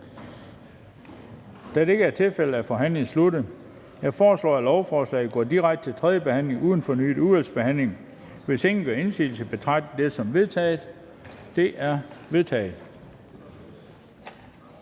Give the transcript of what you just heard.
tiltrådt af udvalget? De er vedtaget. Jeg foreslår, at lovforslaget går direkte til tredje behandling uden fornyet udvalgsbehandling. Hvis ingen gør indsigelse, betragter jeg dette som vedtaget. Det er vedtaget.